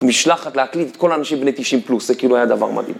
משלחת להקליט את כל האנשים בני 90 פלוס, זה כאילו היה דבר מדהים.